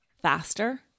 faster